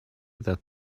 that